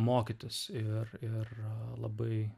mokytis ir ir labai